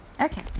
okay